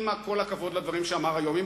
עם כל הכבוד לדברים שאמר היום,